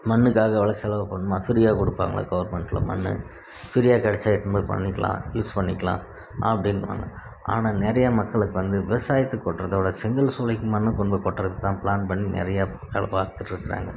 மண்ணுக்காக இவ்வளோ செலவு பண்ணணுமா ஃப்ரீயாக கொடுப்பாங்களா கவுர்மென்ட்டில் மண் ஃப்ரீயாக கிடச்சா இட்டுன்னு போய் பண்ணிக்கலாம் யூஸ் பண்ணிக்கலாம் அப்படின்னுவாங்க ஆனால் நிறைய மக்களுக்கு வந்து விவசாயத்துக்கு கொட்டுறதோட செங்கல் சூளைக்கு மண் கொண்டு கொட்டுறதுதான் ப்ளான் பண்ணி நிறைய வேலை பார்த்துட்ருந்தாங்க